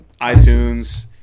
iTunes